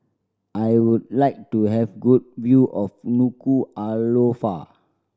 I would like to have good view of Nuku'alofa